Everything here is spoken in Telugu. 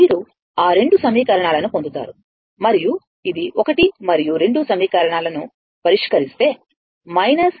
మీరు ఆ రెండు సమీకరణాలని పొందుతారు మరియు ఇది 1 మరియు రెండు సమీకరణాలని పరిష్కరిస్తే 62